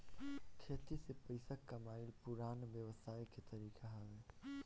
खेती से पइसा कमाइल पुरान व्यवसाय के तरीका हवे